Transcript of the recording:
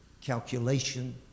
calculation